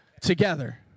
together